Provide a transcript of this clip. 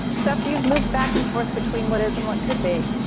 so after you've moved back and forth between what is and what could be,